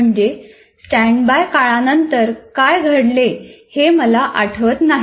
म्हणजे स्टॅण्डबाय काळानंतर काय घडले हे मला आठवत नाही